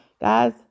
Guys